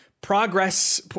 progress